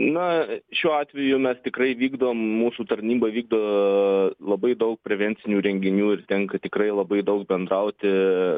na šiuo atveju mes tikrai vykdom mūsų tarnyba vykdo labai daug prevencinių renginių ir tenka tikrai labai daug bendrauti